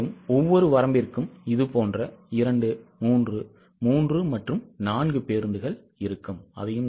மேலும் ஒவ்வொரு வரம்பிற்கும் இதுபோன்ற 2 3 3 மற்றும் 4 பேருந்துகள் இருக்கும்